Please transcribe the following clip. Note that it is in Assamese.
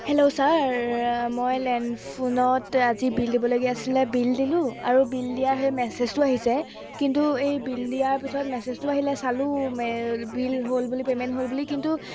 হেল্ল' ছাৰ মই লেণ্ড ফোনত আজি বিল দিবলগীয়া আছিলে বিল দিলোঁ আৰু বিল দিয়া সেই মেছেজটো আহিছে কিন্তু এই বিল দিয়াৰ পিছত মেছেজটো আহিলে চালোঁ বিল হ'ল বুলি পে'মেণ্ট হ'ল বুলি কিন্তু